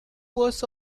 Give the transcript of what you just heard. worse